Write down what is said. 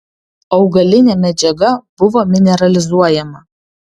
augalinė medžiaga buvo mineralizuojama